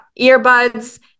earbuds